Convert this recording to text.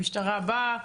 המשטרה באה,